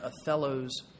Othello's